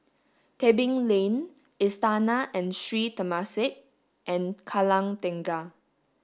Tebing Lane Istana and Sri Temasek and Kallang Tengah